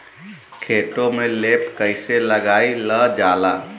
खेतो में लेप कईसे लगाई ल जाला?